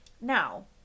Now